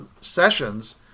sessions